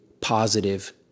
positive